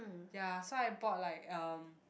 ya so I bought like um